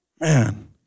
Man